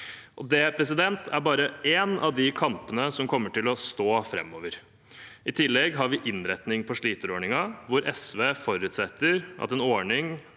Det er bare én av de kampene som kommer til å stå framover. I tillegg har vi en innretning på sliterordningen hvor SV forutsetter at en ordning